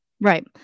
Right